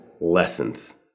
lessons